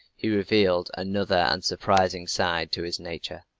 he revealed another, and surprising side to his nature.